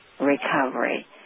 recovery